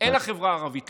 אל החברה הערבית,